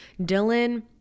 Dylan